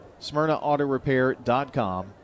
Smyrnaautorepair.com